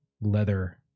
leather